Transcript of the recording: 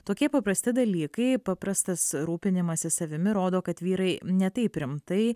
tokie paprasti dalykai paprastas rūpinimasis savimi rodo kad vyrai ne taip rimtai